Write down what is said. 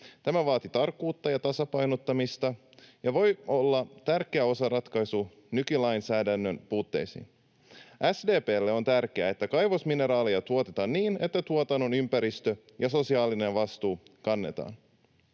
Tämä vaatii tarkkuutta ja tasapainottamista ja voi olla tärkeä osaratkaisu nykylainsäädännön puutteisiin. SDP:lle on tärkeää, että kaivosmineraaleja tuotetaan niin, että tuotannon ympäristö- ja sosiaalinen vastuu kannetaan.